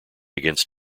against